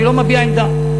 אני לא מביע עמדה,